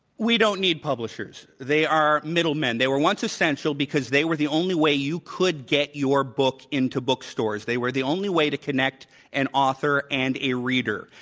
we don't need publishers. they are middle men. they were once essential because they were the only way you could get your book into bookstores. they were the only way to connect an author and a reader.